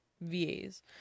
VAs